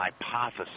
hypothesis